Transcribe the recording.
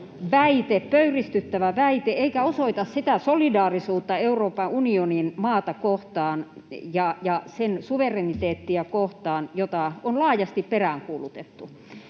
pöyristyttävä väite, eikä osoita sitä solidaarisuutta Euroopan unionin maata kohtaan ja sen suvereniteettia kohtaan, jota on laajasti peräänkuulutettu.